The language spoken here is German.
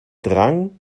drang